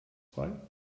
frei